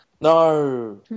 No